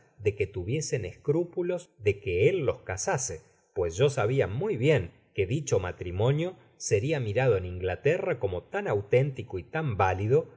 de que tuviesen escrúpulo de que él los casase pues yo sabia muy bien que dicho matrimonio seria mirado en inglaterra como tan auténtico y tan válido